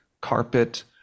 carpet